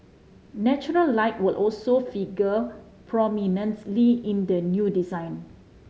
natural light will also figure prominently in the new design